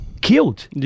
killed